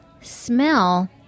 smell